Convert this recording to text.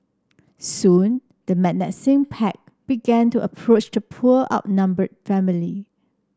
soon the menacing pack began to approach the poor outnumbered family